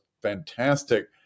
Fantastic